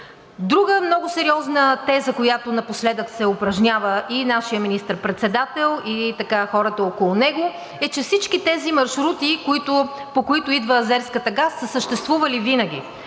Друга много сериозна теза, която напоследък се упражнява – и нашият министър-председател, и така хората около него, е, че всички тези маршрути, по които идва азерският газ, са съществували винаги.